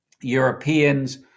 Europeans